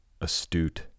astute